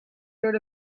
sort